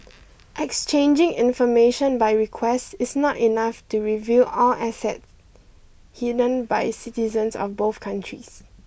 exchanging information by request is not enough to reveal all assets hidden by citizens of both countries